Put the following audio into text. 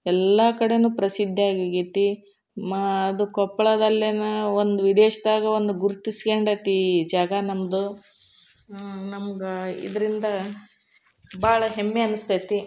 ಎಲ್ಲ ಕಡೆನೂ ಪ್ರಸಿದ್ಧಿ ಆಗಿ ಹೋಗ್ಯೈತಿ ಮ ಅದು ಕೊಪ್ಳದಲ್ಲೇ ಒಂದು ವಿದೇಶದಾಗ ಒಂದು ಗುರ್ತಿಸ್ಕೊಂಡೈತಿ ಈ ಜಾಗ ನಮ್ಮದು ನಮ್ಮದು ಇದರಿಂದ ಭಾಳ ಹೆಮ್ಮೆ ಅನ್ನಿಸ್ತೈತಿ